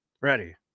Ready